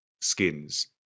skins